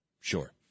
Sure